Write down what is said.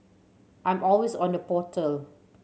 I'm always on the portal